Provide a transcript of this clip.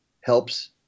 helps